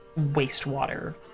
wastewater